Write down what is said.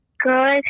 Good